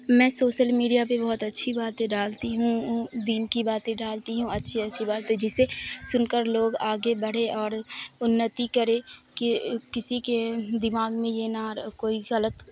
میں social media پہ بہت اچھی باتیں ڈالتی ہوں دین کی باتیں ڈالتی ہوں اچھی اچھی باتیں جسے سن کر لوگ آگے بڑھیں اور انتی کریں کہ کسی کے دماغ میں یہ نہ کوئی غلط